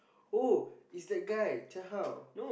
oh is that guy Jia Hao